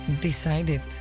decided